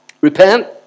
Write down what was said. Repent